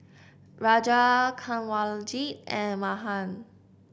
Raja Kanwaljit and Mahan